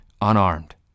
unarmed